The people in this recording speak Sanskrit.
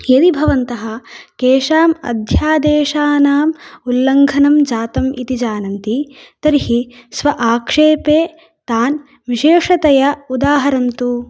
यदि भवन्तः केषाम् अध्यादेशानाम् उल्लङ्घनं जातम् इति जानन्ति तर्हि स्व आक्षेपे तान् विशेषतया उदाहरन्तु